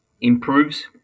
improves